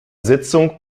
sitzung